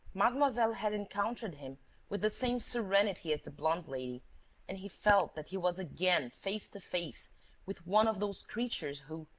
mademoiselle had encountered him with the same serenity as the blonde lady and he felt that he was again face to face with one of those creatures who,